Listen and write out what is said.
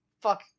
Fuck